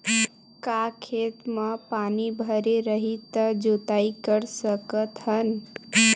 का खेत म पानी भरे रही त जोताई कर सकत हन?